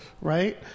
Right